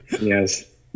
yes